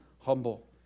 humble